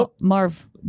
Marv